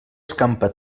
escampa